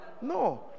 No